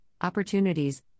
opportunities